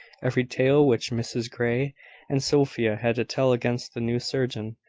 every tale which mrs grey and sophia had to tell against the new surgeon,